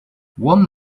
one